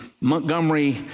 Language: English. Montgomery